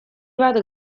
bat